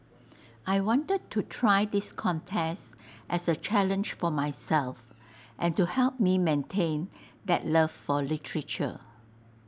I wanted to try this contest as A challenge for myself and to help me maintain that love for literature